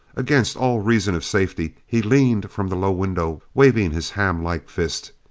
against all reason of safety he leaned from the low window, waving his hamlike fist.